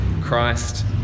Christ